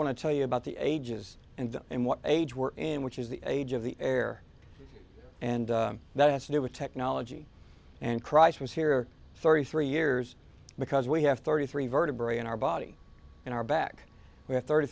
to tell you about the ages and and what age were in which is the age of the air and that has to do with technology and christ was here thirty three years because we have thirty three vertebrae in our body in our back with thirty